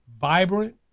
vibrant